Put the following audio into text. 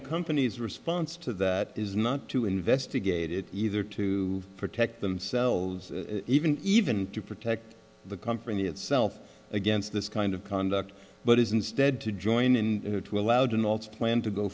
the company's response to that is not to investigate it either to protect themselves even even to protect the company itself against this kind of conduct but is instead to join in to allow them all to plan to go